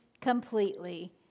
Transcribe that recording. completely